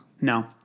No